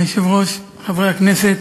אדוני היושב-ראש, חברי הכנסת,